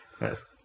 Yes